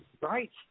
Right